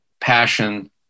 passion